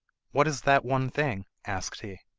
what is that one thing asked he.